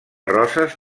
roses